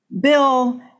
bill